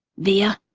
via.